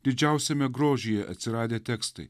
didžiausiame grožyje atsiradę tekstai